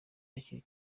hakiri